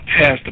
passed